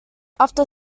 after